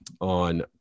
on